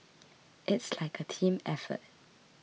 it's like a team effort